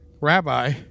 rabbi